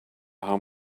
how